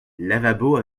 lavabo